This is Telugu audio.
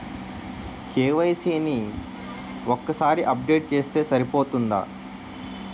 కే.వై.సీ ని ఒక్కసారి అప్డేట్ చేస్తే సరిపోతుందా?